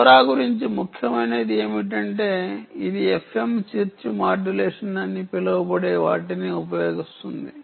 LoRa గురించి ముఖ్యమైనది ఏమిటంటే ఇది ఎఫ్ఎమ్ చిర్ప్ మాడ్యులేషన్ అని పిలువబడే వాటిని ఉపయోగిస్తుంది